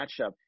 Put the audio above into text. matchup